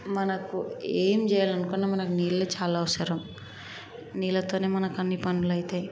మనకు ఏం చేయాలనుకున్నా మనకు నీళ్ళు చాలా అవసరం నీళ్ళతోనే మనకి అన్ని పనులు అవుతాయి